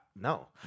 no